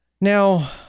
Now